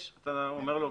אתה אומר לו,